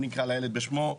בואו נקרא לילד בשמו,